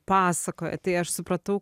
pasakoja tai aš supratau